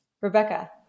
Rebecca